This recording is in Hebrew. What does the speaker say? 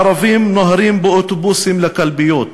הערבים נוהרים באוטובוסים לקלפיות.